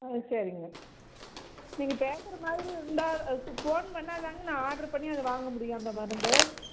ம் சரிங்க நீங்கள் கேக்கிற மாதிரி இருந்தால் ஃபோன் பண்ணால் தானேங்க நான் ஆர்டரு பண்ணி அதை வாங்க முடியும் அந்த மருந்து